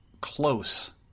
close